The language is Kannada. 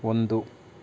ಒಂದು